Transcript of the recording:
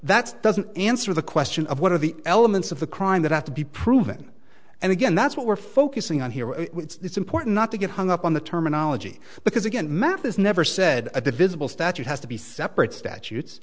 that doesn't answer the question of what are the elements of the crime that have to be proven and again that's what we're focusing on here it's important not to get hung up on the terminology because again math is never said a divisible statute has to be separate statutes